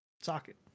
Socket